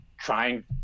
Trying